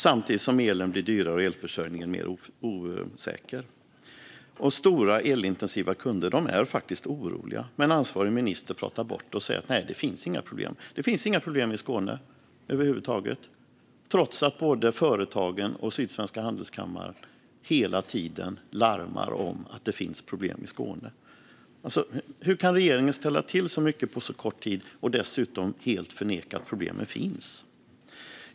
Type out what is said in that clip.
Samtidigt blir elen dyrare och elförsörjningen mer osäker. Stora och elintensiva kunder är faktiskt oroliga, men ansvarig minister pratar bort det och säger att det inte finns några problem. Det finns tydligen inga problem i Skåne över huvud taget, trots att både företagen och Sydsvenska Handelskammaren hela tiden larmar om att det finns problem i Skåne. Hur kan regeringen ställa till så mycket på så kort tid och dessutom helt förneka att problemen finns?